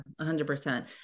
100%